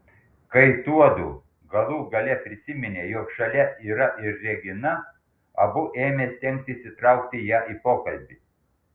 kai tuodu galų gale prisiminė jog šalia yra ir regina abu ėmė stengtis įtraukti ją į pokalbį